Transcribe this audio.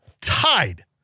Tied